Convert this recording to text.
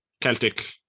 Celtic